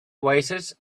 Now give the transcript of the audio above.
waited